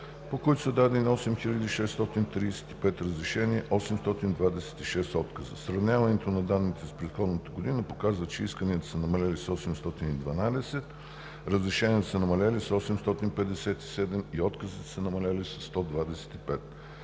по които са дадени 8635 разрешения и 826 отказа. Сравняването на данните с предходната година показва, че исканията са намалели с 812, разрешенията са намалели с 857 и отказите са намалели с 125.